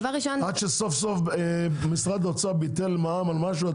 עד שסוף סוף משרד האוצר ביטל מע"מ על משהו,